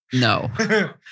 No